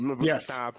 yes